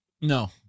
No